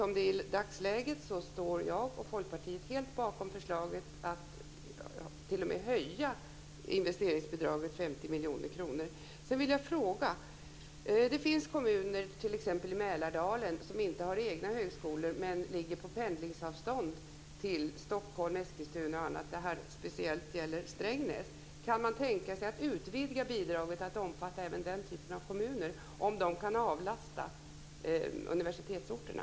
I dagsläget står jag och Folkpartiet helt bakom förslaget och att t.o.m. höja investeringsbidraget 50 miljoner kronor. Sedan vill jag ställa en fråga. Det finns kommuner t.ex. i Mälardalen som inte har egna högskolor men som ligger på pendlingsavstånd till Stockholm, Eskilstuna, osv. Och det gäller speciellt Strängnäs. Kan man tänka sig att utvidga bidraget till att omfatta även den typen av kommuner om de kan avlasta universitetsorterna?